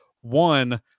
one